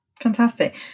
Fantastic